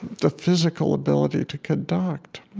the physical ability to conduct